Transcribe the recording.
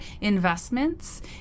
investments